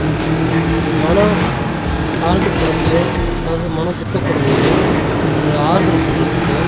மனம் தாழ்ந்து போகிறப்பையும் அதாவது மனம் துக்கப்படும் போது ஒரு ஆறுதல் சொல்லுறத்துக்கோ